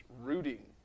rooting